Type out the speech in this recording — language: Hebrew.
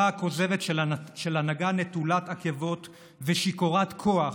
הכוזבת של הנהגה נטולת עכבות ושיכורת כוח,